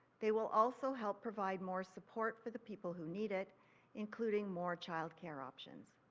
they will also help provide more support for the people who need it including more childcare options.